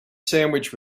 sandwich